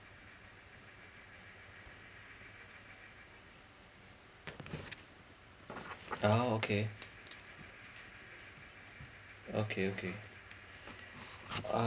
oh okay okay okay uh